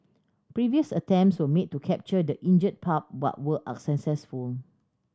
previous attempts were made to capture the injured pup but were unsuccessful